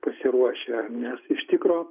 pasiruošę nes iš tikro